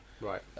right